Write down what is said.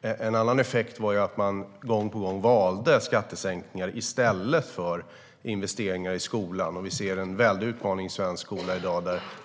En annan effekt var att man gång på gång valde skattesänkningar i stället för investeringar i skolan. Vi ser en väldig utmaning i svensk skola i dag.